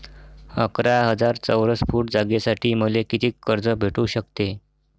अकरा हजार चौरस फुट जागेसाठी मले कितीक कर्ज भेटू शकते?